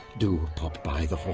do pop by the hall.